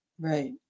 Right